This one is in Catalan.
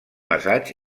assaig